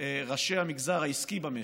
ראשי המגזר העסקי במשק,